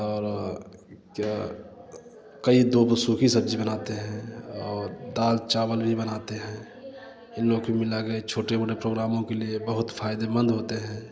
और क्या कई तो बस सुखी सब्ज़ी बनाते हैं और दाल चावल भी बनाते हैं इन लोगों के मिला कर छोटे मोटे प्रोग्रामों कि लिए बहुत फायदेमंद होते हैं